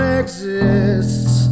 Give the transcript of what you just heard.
exists